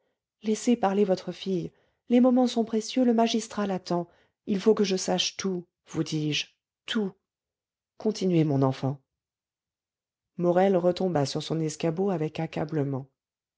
laissez parler votre fille les moments sont précieux le magistrat l'attend il faut que je sache tout vous dis-je tout continuez mon enfant morel retomba sur son escabeau avec